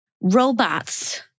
robots